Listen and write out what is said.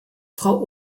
frau